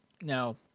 Now